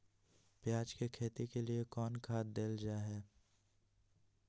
प्याज के खेती के लिए कौन खाद देल जा हाय?